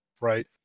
right